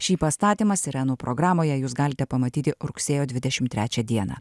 šį pastatymą sirenų programoje jūs galite pamatyti rugsėjo dvidešimt trečią dieną